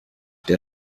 der